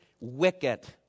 wicked